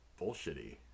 bullshitty